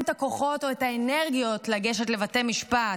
הכוחות או את האנרגיות לגשת לבתי משפט.